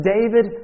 David